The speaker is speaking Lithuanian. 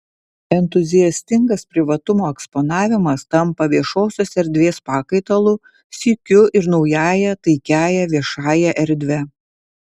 entuziastingas privatumo eksponavimas tampa viešosios erdvės pakaitalu sykiu ir naująją takiąja viešąja erdve